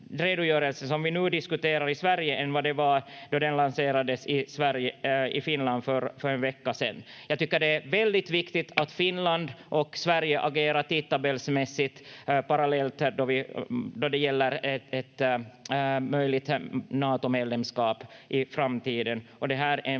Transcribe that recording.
redogörelsen som vi nu diskuterar än vad det var då den lanserades i Finland för en vecka sen. Jag tycker det är väldigt viktigt att Finland och Sverige agerar tidtabellsmässigt parallellt då det gäller ett möjligt Natomedlemskap i framtiden.